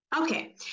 okay